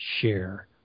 share